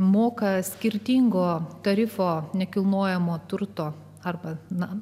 moka skirtingo tarifo nekilnojamo turto arba na